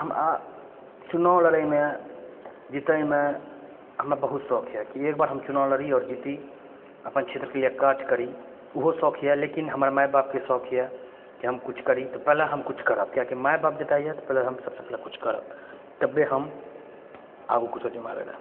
हमरा चुनाव लड़ैमे जीतैमे हमरा बहुत शौख यऽ की एक बार हम चुनाव लड़ी आओर जीती अपन क्षेत्रके लिए काज करी ओहो शौख यऽ लेकिन हमर माय बापके शौख यऽ की हम कुछ करी तऽ पहिले हम किछु करब कियाकि माय बाप जतय यऽ तऽ पहिले हम सबसँ पहिले किछु करब तबे हम आगू किछो दिमाग लड़ैब